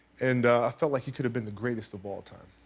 and i felt like he could have been the greatest of all time.